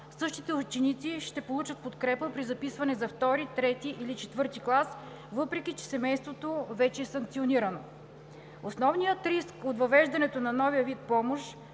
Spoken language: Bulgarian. същите ученици ще получат подкрепа при записване за II, III или IV клас, въпреки че семейството вече е санкционирано. Основният риск от въвеждането на новия вид помощ